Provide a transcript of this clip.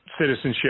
Citizenship